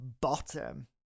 bottom